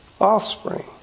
offspring